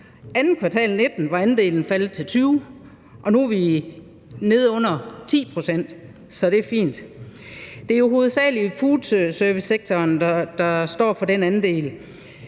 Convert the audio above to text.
2. kvartal 2019 var andelen faldet til 20 pct., og nu er vi nede på under 10 pct., så det er fint. Det er jo hovedsagelig foodservicesektoren, der står for den andel,